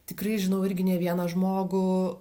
tikrai žinau irgi ne vieną žmogų